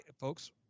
folks